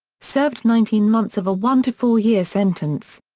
served nineteen months of a one to four-year sentence.